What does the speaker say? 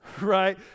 right